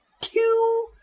two